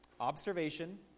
Observation